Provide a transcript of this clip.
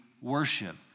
worship